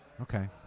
okay